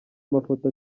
amafoto